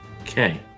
Okay